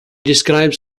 describes